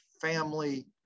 family